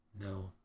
No